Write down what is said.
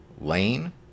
Lane